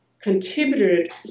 contributed